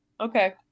Okay